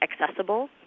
accessible